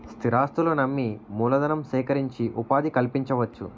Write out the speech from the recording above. స్థిరాస్తులను అమ్మి మూలధనం సేకరించి ఉపాధి కల్పించవచ్చు